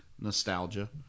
nostalgia